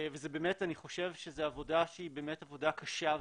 אני חושב שזו עבודה שהיא עבודה קשה,